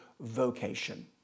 vocation